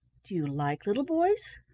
do you like little boys?